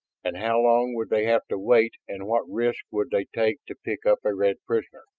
and how long would they have to wait and what risks would they take to pick up a red prisoner?